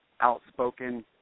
outspoken